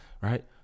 right